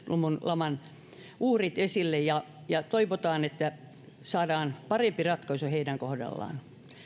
luvun laman uhrit esille ja ja toivotaan että saadaan parempi ratkaisu heidän kohdallaan